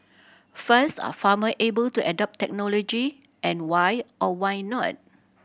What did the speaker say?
first are farmer able to adopt technology and why or why not